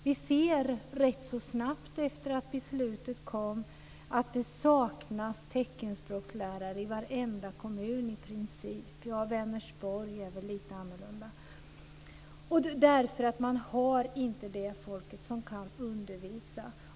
Vi har sett rätt snabbt efter det att beslutet fattats att det saknas teckenspråkslärare i varenda kommun i princip. Vänersborg är väl lite annorlunda. Man har inte det folk som kan undervisa.